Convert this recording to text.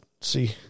see